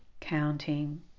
counting